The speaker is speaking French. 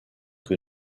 que